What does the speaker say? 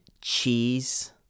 cheese